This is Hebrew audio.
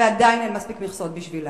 ועדיין אין מספיק מכסות בשבילם.